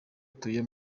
atuye